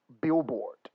billboard